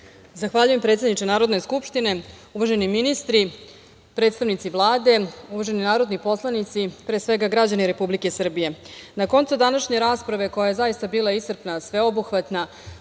Zahvaljujem predsedniče Narodne skupštine. Uvaženi ministri, predstavnici Vlade, uvaženi narodni poslanici, pre svega građani Republike Srbije, na koncu današnje rasprave koja je zaista bila iscrpna, sveobuhvatna,